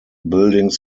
buildings